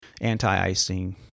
anti-icing